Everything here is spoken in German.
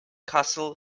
kassel